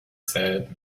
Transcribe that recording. said